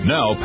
Now